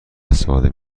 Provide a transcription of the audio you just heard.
استفاده